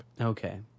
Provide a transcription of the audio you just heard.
Okay